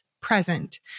present